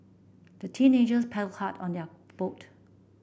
the teenagers paddled hard on their boat